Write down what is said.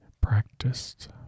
practiced